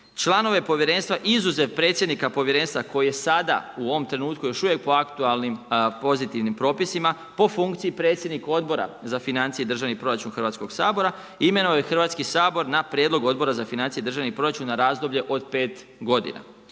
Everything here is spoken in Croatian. članove povjerenstva izuzev predsjednika koji je sada u ovom trenutku još uvijek u aktualnim pozitivnim propisima po funkciji predsjednika odbora za financije i državni proračun Hrvatskog sabora imenuje Hrvatski sabor na prijedlog Odbora za financije i državni proračun na razdoblje od 5 g.